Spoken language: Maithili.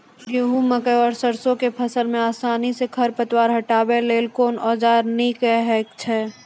गेहूँ, मकई आर सरसो के फसल मे आसानी सॅ खर पतवार हटावै लेल कून औजार नीक है छै?